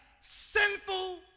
sinful